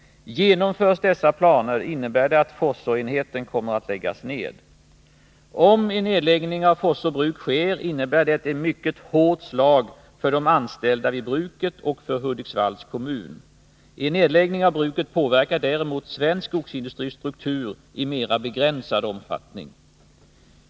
Genomförs dessa planer, AB innebär det att Forssåenheten kommer att läggas ned. Om en nedläggning av Forsså Bruk sker, innebär det ett mycket hårt slag för de anställda vid bruket och för Hudiksvalls kommun. En nedläggning av bruket påverkar däremot svensk skogsindustris struktur i mera begränsad omfattning.